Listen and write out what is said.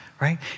Right